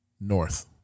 north